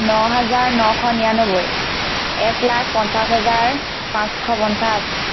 ন হাজাৰ নশ নিৰান্নব্বৈ এক লাখ পঞ্চাছ হাজাৰ পাঁচশ পঞ্চাছ